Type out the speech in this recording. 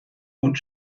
und